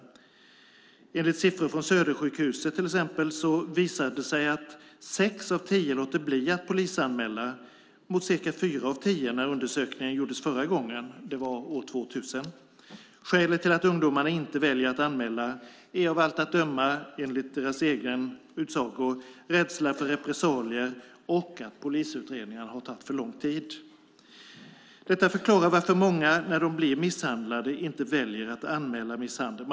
Siffror från Södersjukhuset i Stockholm visar att sex av tio låter bli att polisanmäla. När undersökningen gjordes förra gången, år 2000, var det fyra av tio. Skälet till att ungdomarna väljer att inte anmäla är enligt deras egen utsago rädsla för repressalier och att polisutredningarna har tagit för lång tid. Detta förklarar varför många väljer att inte anmäla när de har blivit misshandlade.